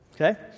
Okay